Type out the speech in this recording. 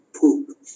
poop